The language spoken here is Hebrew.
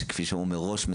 שכפי שאמרו מראש,